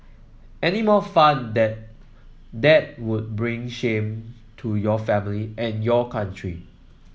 any more fun that that would bring shame to your family and your country